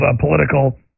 political